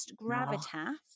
gravitas